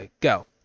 go